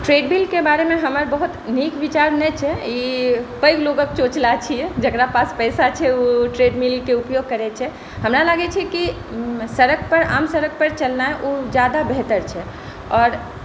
treadmill के बारेमे हमर बहुत नीक विचर नहि छै ई पैघ लोकक चोचला छियै जेकरा पास पैसा छै ओ ट्रेडमिल के उपयोग करै छै हमरा लागै छै कि सड़क पर आम सड़क पर चलनाइ ओ जादा बेहतर छै आओर